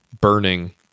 burning